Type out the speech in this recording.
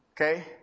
Okay